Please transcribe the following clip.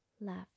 left